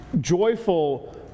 joyful